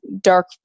dark